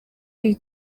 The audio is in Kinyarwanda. iyi